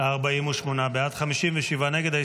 48 בעד, 57 נגד.